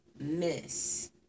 miss